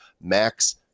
Max